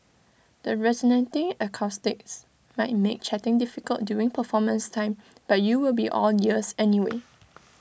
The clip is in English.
the resonating acoustics might make chatting difficult during performance time but you will be all ears anyway